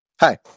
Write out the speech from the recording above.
hi